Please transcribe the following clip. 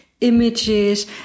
images